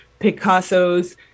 Picassos